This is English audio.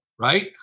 right